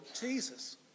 Jesus